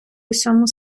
усьому